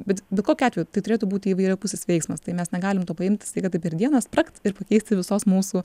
bet bet kokiu atveju tai turėtų būti įvairiapusis veiksmas tai mes negalim to paimti staiga taip per dieną spragt ir pakeisti visos mūsų